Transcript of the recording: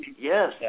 Yes